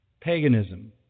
paganism